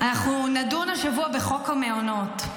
אנחנו נדון השבוע בחוק המעונות.